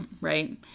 Right